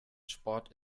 sport